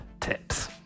tips